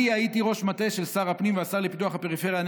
אני הייתי ראש מטה של שר הפנים והשר לפיתוח הפריפריה,